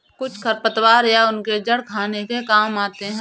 कुछ खरपतवार या उनके जड़ खाने के काम आते हैं